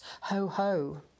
Ho-ho